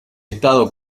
estado